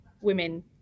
women